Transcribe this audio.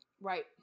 Right